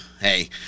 Hey